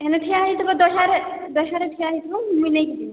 ହେଲେ ଠିଆ ହୋଇଥିବ ଦହ୍ୟାରେ ଦହ୍ୟାରେ ଠିଆ ହୋଇଥିବ ମୁଇଁ ନେଇକି ଯିବି